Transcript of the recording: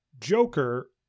Joker